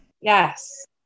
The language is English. Yes